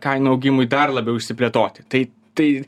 kainų augimui dar labiau išsiplėtoti tai tai